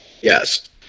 Yes